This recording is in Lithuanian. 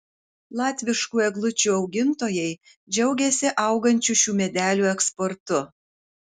latviškų eglučių augintojai džiaugiasi augančiu šių medelių eksportu